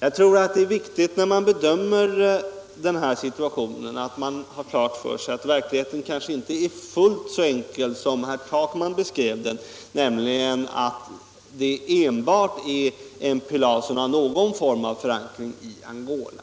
Jag tror att det är viktigt att man, när man bedömer situationen, har klart för sig att verkligheten kanske inte är så enkel som herr Takman beskrev den, när han sade att det enbart var MPLA som hade någon förankring i Angola.